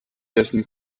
dessen